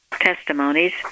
testimonies